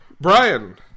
Brian